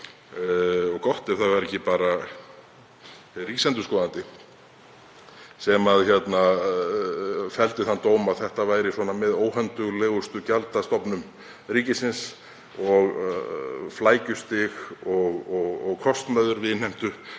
gott ef það var ekki bara ríkisendurskoðandi sem felldi þann dóm að þetta væri með óhönduglegustu gjaldstofnum ríkisins og flækjustig og kostnaður við innheimtu